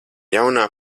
jaunā